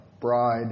bride